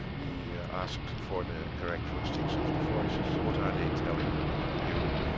we ask for the characteristics of the voices, what are they telling you,